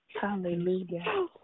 Hallelujah